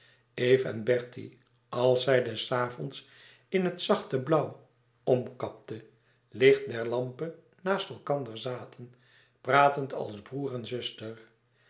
en bertie als zij des avonds in het zachte blauw omkapte licht der lampen naast elkander zaten pratend als broêr en zuster